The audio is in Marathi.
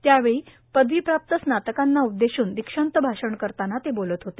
त्यावेळी पदवीप्राप्त स्नातकांना उद्देशून दीक्षान्त भाषण करताना ते बोलत होते